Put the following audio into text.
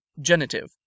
Genitive